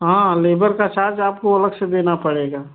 हाँ लेबर का चार्ज आपको अलग से देना पड़ेगा